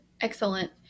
Excellent